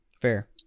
fair